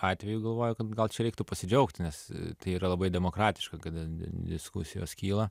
atveju galvoju kad gal čia reiktų pasidžiaugti nes tai yra labai demokratiška kad diskusijos kyla